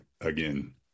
again